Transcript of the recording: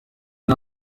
nta